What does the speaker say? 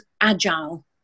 agile